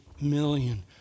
million